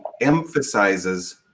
emphasizes